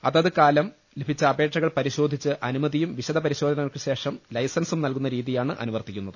അതാത് കാലം ലഭിച്ച അപേക്ഷകൾ പരിശോധിച്ച് അനുമതിയും വിശദ പരിശോധനകൾക്കുശേഷം ലൈസൻസും നൽകുന്ന രീതിയാണ് അനുവർത്തിക്കുന്നത്